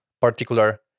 particular